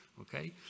Okay